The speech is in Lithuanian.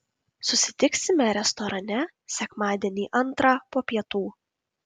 susitiksime restorane sekmadienį antrą po pietų